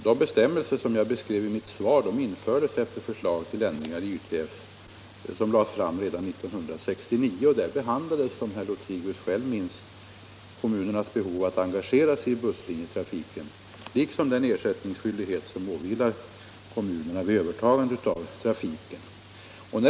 De bestämmelser som jag beskrev i mitt svar infördes efter förslag till ändringar i yrkestrafikförordningen som lades fram redan 1969. Där behandlades, som herr Lothigius själv minns, kommunernas behov av att engagera sig i busslinjetrafiken, liksom den ersättningsskyldighet som åvilar kommunerna vid övertagande av trafik.